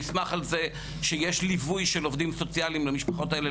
שנסמך על זה שיש ליווי של עובדים סוציאליים למשפחות האלה,